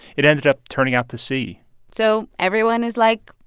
it ended up turning out to sea so everyone is like,